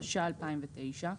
התש"ע-2009,